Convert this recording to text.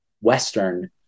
Western